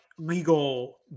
legal